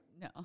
No